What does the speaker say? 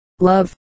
Love